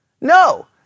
No